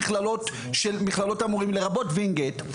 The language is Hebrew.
לרבות וינגייט,